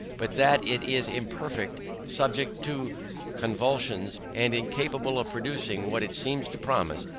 but that it is imperfect, subject to convulsions, and incapable of producing what it seems to promise,